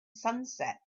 sunset